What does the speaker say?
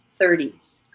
30s